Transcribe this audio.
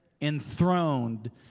enthroned